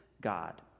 God